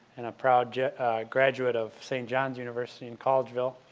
and a proud graduate of st. john's university in collegeville